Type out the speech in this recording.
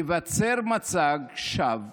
ייווצר מצג שווא,